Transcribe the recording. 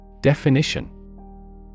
Definition